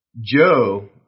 Joe